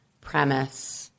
premise